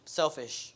selfish